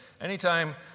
anytime